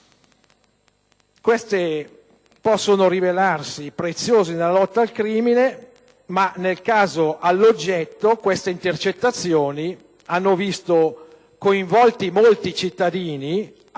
strumenti possono sì rivelarsi preziosi nella lotta al crimine ma, nel caso all'oggetto, queste intercettazioni hanno visto coinvolti molti cittadini